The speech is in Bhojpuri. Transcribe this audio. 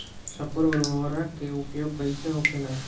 स्फुर उर्वरक के उपयोग कईसे होखेला?